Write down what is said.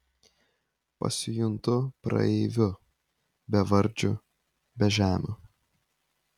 pasijuntu praeiviu bevardžiu bežemiu